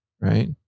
right